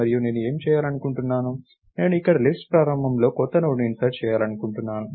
మరియు నేను ఏమి చేయాలనుకుంటున్నాను నేను ఇక్కడ లిస్ట్ ప్రారంభంలో కొత్త నోడ్ని ఇన్సర్ట్ చేయాలనుకుంటున్నాను